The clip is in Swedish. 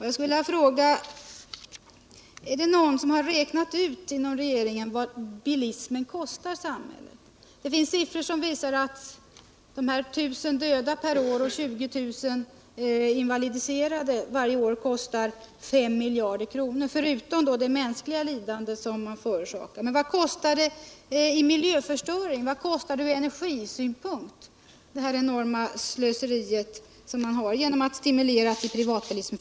Jag skulle vilja fråga om någon i regeringen räknat ut vad bilismen kostar samhället. Det finns siffror som visar att de I 000 döda per år och 20 000 invalidiserade varje år kostar 5 miljarder kronor förutom då det mänskliga lidande som förorsakas. Men vad kostar från miljöförstöringssynpunkt eller energisynpunkt det enorma slöseri man gör sig skyldig till genom att stimulera privatbilismen?